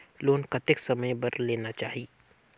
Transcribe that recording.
Loan कतेक समय बर लेना चाही?